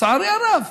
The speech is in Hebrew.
לצערי הרב.